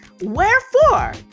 Wherefore